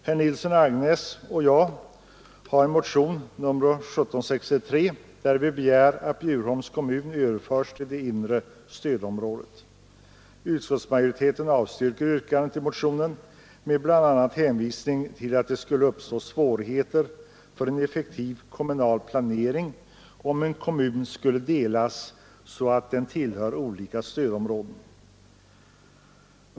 Herr Nilsson i Agnäs och jag har väckt en motion, nr 1763, där vi begär att Bjurholms kommun överförs till det inre stödområdet. Utskottsmajoriteten avstyrker yrkandet i motionen med bl.a. hänvisning till att det skulle uppstå svårigheter för en effektiv kommunal planering om en kommun skulle delas så att den kommer att tillhöra olika stödområden.